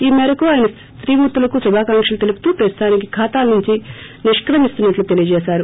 ఈ మేరకు ఆయన స్తీమూర్తులకు శుభాకాంకలు తెలుపుతూ ప్రస్తుతానికి ఖాతాల నుంచి నిష్క్నిస్తున్స్ట్లు తెలిపారు